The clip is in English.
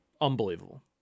Unbelievable